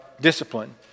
discipline